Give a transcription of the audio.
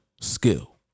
skill